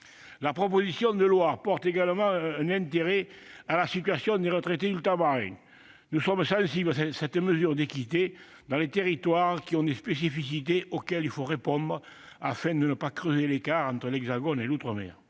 La proposition de loi porte également un intérêt à la situation des retraités ultramarins. Nous sommes sensibles à cette mesure d'équité dans des territoires qui ont des spécificités auxquelles il faut répondre afin de ne pas creuser l'écart entre l'hexagone et l'outre-mer.